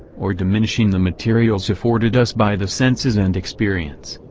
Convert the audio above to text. or diminishing the materials afforded us by the senses and experience.